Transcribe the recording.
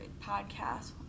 podcast